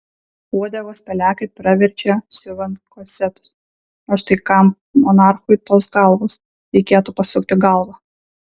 uodegos pelekai praverčia siuvant korsetus o štai kam monarchui tos galvos reikėtų pasukti galvą